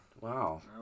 Wow